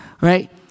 right